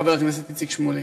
חבר הכנסת איציק שמולי.